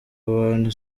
abantu